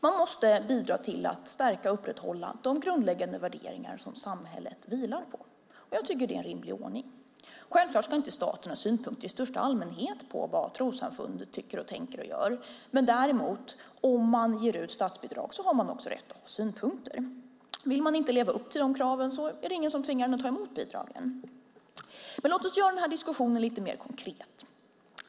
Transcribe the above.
Man måste bidra till att stärka och upprätthålla de grundläggande värderingar som samhället vilar på. Jag tycker att det är en rimlig ordning. Självklart ska staten inte ha synpunkter i största allmänhet på vad trossamfunden tycker, tänker och gör. Däremot har man, om man ger ut statsbidrag, rätt att ha synpunkter. Vill man inte leva upp till de kraven är det ingen som tvingar en att ta emot bidragen. Låt oss göra diskussionen lite mer konkret.